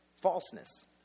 Falseness